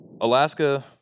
Alaska